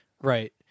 right